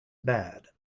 bad